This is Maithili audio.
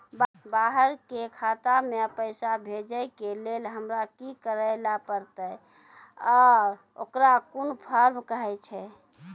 बाहर के खाता मे पैसा भेजै के लेल हमरा की करै ला परतै आ ओकरा कुन फॉर्म कहैय छै?